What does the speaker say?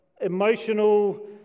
emotional